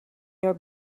your